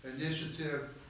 initiative